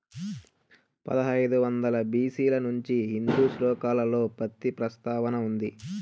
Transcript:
పదహైదు వందల బి.సి ల నుంచే హిందూ శ్లోకాలలో పత్తి ప్రస్తావన ఉంది